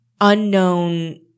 unknown